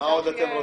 מה עוד אתם רוצים?